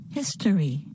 history